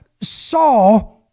saw